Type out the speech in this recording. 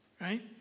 right